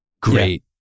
great